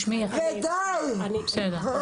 בסדר.